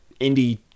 indie